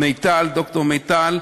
ד"ר מיטל.